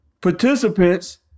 participants